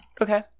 Okay